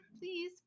please